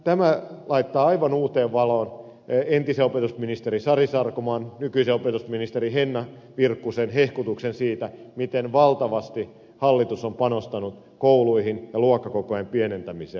tämä laittaa aivan uuteen valoon entisen opetusministerin sari sarkomaan ja nykyisen opetusministerin henna virkkusen hehkutuksen siitä miten valtavasti hallitus on panostanut kouluihin ja luokkakokojen pienentämiseen